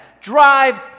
drive